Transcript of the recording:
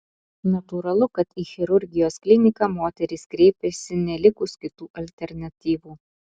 natūralu kad į chirurgijos kliniką moterys kreipiasi nelikus kitų alternatyvų